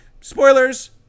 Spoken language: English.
spoilers